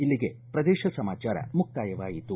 ಇಲ್ಲಿಗೆ ಪ್ರದೇಶ ಸಮಾಚಾರ ಮುಕ್ತಾಯವಾಯಿತು